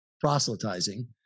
proselytizing